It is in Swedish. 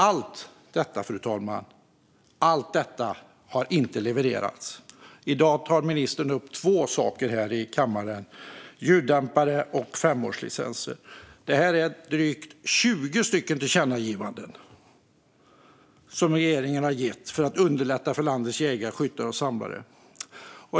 Allt detta, fru talman, har inte levererats. I dag tar ministern upp två saker här i kammaren, ljuddämpare och femårslicenser. Det är drygt 20 tillkännagivanden som regeringen har getts för att underlätta för landets jägare, skyttar och samlare.